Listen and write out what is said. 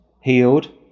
healed